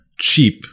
cheap